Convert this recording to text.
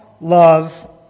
love